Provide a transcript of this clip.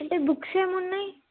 అంటే బుక్స్ ఏమి ఉన్నాయి